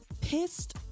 pissed